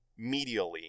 medially